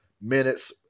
minutes